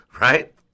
Right